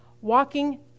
walking